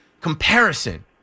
comparison